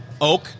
Oak